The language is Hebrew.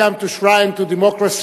welcome to the shrine of democracy,